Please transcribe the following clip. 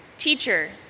Teacher